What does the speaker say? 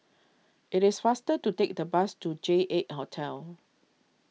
it is faster to take the bus to J eight Hotel